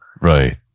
right